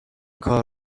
کار